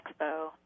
expo